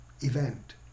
event